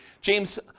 James